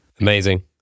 Amazing